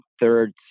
third